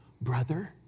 brother